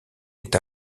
est